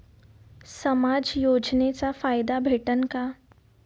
समाज योजनेचा फायदा भेटन का?